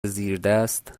زیردست